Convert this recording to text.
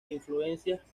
influencias